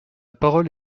parole